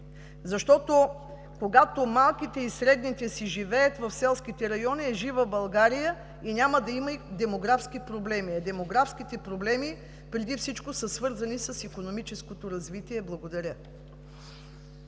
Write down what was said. Когато малките и средните си живеят в селските райони, България е жива и няма да има демографски проблеми, а демографските проблеми преди всичко са свързани с икономическото развитие. Благодаря.